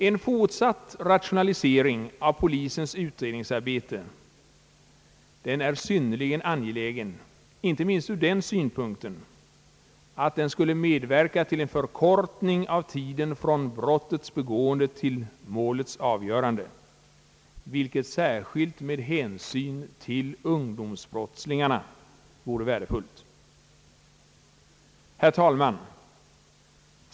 En fortsatt rationalisering av polisens utredningsarbete är synnerligen angelägen, inte minst därför att den skulle medverka till en förkortning av tiden från brottets begående till målets avgörande. Det vore särskilt värdefullt med hänsyn till ungdomsbrottslingarna.